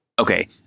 Okay